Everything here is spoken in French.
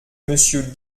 monsieur